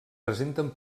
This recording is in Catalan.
presenten